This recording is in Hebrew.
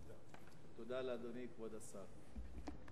תודה לאדוני כבוד השר.